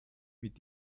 mit